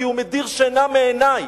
כי הוא מדיר שינה מעיני.